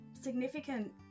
significant